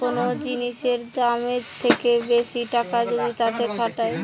কোন জিনিসের দামের থেকে বেশি টাকা যদি তাতে খাটায়